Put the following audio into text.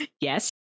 Yes